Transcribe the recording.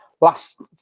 last